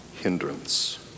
hindrance